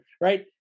right